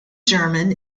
german